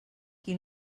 qui